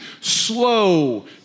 slow